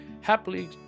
happily